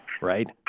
right